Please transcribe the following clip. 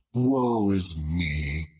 woe is me,